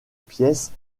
pièces